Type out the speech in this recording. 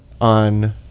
on